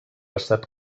estat